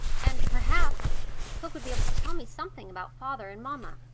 and perhaps cook would be able to tell me something about father and mamma.